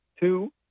two